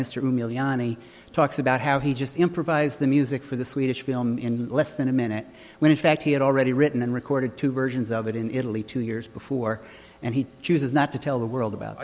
any talks about how he just improvised the music for the swedish film in less than a minute when in fact he had already written and recorded two versions of it in italy two years before and he chooses not to tell the world about